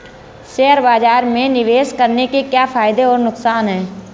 Share बाज़ार में निवेश करने के क्या फायदे और नुकसान हैं?